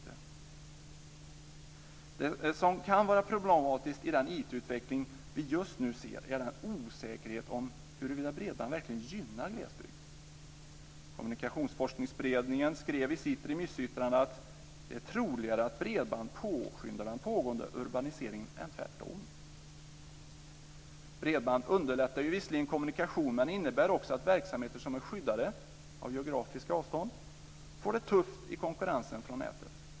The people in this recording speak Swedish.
Det som kan vara problematiskt i den IT utveckling som vi just nu ser är osäkerheten om huruvida bredband verkligen gynnar glesbygden. Kommunikationsforskningsberedningen skrev i sitt remissyttrande: "Det är troligare att bredband påskyndar den pågående urbaniseringen än tvärtom". Bredband underlättar visserligen kommunikation men innebär också att verksamheter som är skyddade av geografiska avstånd får det tufft i konkurrensen från nätet.